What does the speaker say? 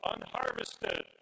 unharvested